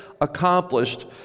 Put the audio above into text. accomplished